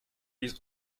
dies